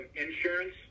insurance